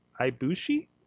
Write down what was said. Ibushi